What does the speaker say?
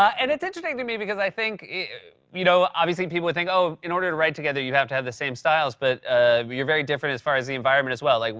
and it's interesting to me because i think you you know, obviously, people would think, oh, in order to write together, you have to have the same styles. but you're very different as far as the environment, as well. like,